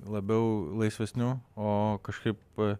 labiau laisvesnių o kažkaip